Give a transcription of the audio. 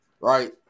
right